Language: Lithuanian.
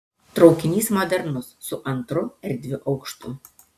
traukinys modernus su antru erdviu aukštu